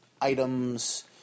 items